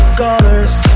colors